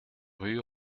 rue